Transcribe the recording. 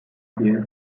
蛱蝶